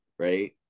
Right